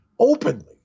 Openly